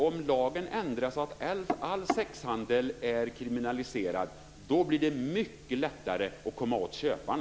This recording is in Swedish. Om lagen ändras så att all sexhandel blir kriminaliserad så blir det helt klart mycket lättare att komma åt köparna.